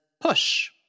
Push